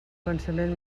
pensament